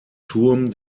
turm